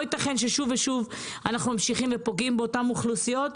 לא ייתכן ששוב ושוב אנחנו ממשיכים ופוגעים באותן אוכלוסיות,